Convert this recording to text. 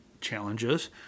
challenges